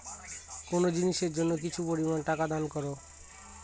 কোনো জিনিসের জন্য কিছু পরিমান টাকা দান করো